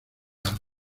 arma